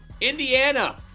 Indiana